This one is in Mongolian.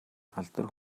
алдар